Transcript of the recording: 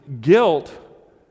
guilt